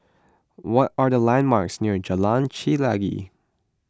what are the landmarks near Jalan Chelagi